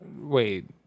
Wait